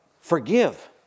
forgive